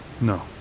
No